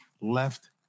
left